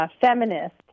feminist